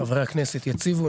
חברי הכנסת יציבו.